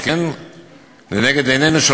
לנגד עינינו,